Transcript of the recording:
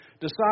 decide